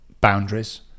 boundaries